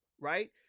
right